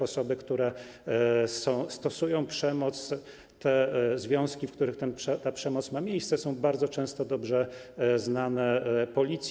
Osoby, które stosują przemoc, te związki, w których ta przemoc ma miejsce, są bardzo często dobrze znane Policji.